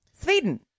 Sweden